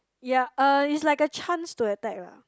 ya uh it's like a chance to attack lah